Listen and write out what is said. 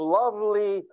lovely